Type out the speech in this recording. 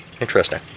Interesting